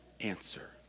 answer